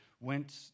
went